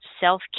self